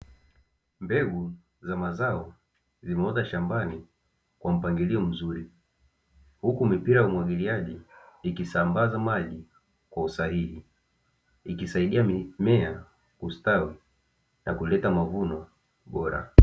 Mbegu za mazao zimeota shambani kwa mpangilio mzuri, huku mipira ya umwagiliaji nikisambaza maji kwa usahihi. Ikisaidia mimea kustawi na kuleta mavuno bora.